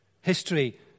history